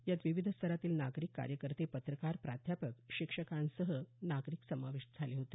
यात विविध स्तरातील नागरिक कार्यकर्ते पत्रकार प्राध्यापक शिक्षकांसह नागरिक सामील झाले होते